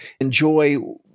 enjoy